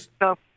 No